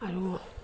আৰু